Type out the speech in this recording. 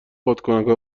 بادکنکا